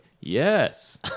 yes